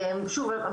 שוב,